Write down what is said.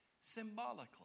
symbolically